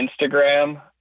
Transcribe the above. Instagram